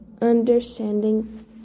understanding